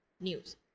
news